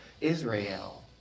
Israel